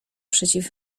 przeciw